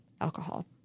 alcohol